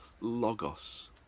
logos